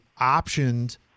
optioned